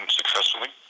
successfully